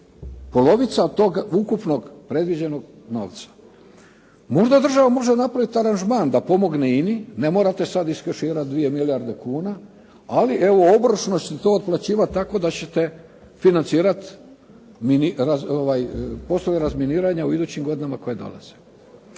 Polovica od tog ukupno predviđenog novca. Možda država može napraviti aranžman da pomogne INA-i. Ne morate sad iskeširati 2 milijarde kuna, ali evo obročno ćete to otplaćivati tako da ćete financirati poslove razminiranja u idućim godinama koje dolaze.